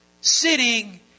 sitting